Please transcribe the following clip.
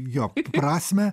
jo prasmę